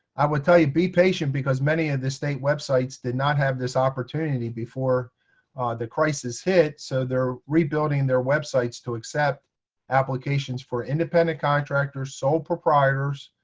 i would tell you, be patient, because many of the state websites did not have this opportunity before the crisis hit. so they're rebuilding their websites to accept applications for independent contractors, sole proprietors,